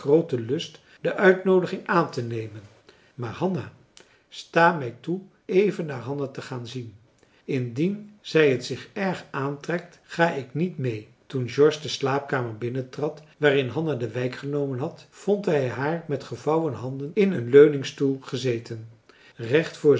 lust de uitnoodiging aantenemen maar hanna sta mij toe even naar hanna te gaan zien indien zij t zich erg aantrekt ga ik niet meê toen george de slaapkamer binnentrad waarin hanna de wijk genomen had vond hij haar met gevouwen handen in een leuningstoel gezeten recht voor